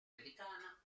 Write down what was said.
americana